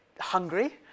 Hungry